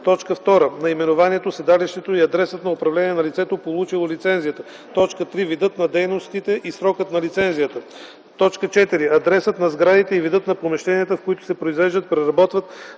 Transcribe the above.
2. наименованието, седалището и адресът на управление на лицето, получило лицензията; 3. видът на дейностите и срокът на лицензията; 4. адресът на сградите и видът на помещенията, в които се произвеждат, преработват,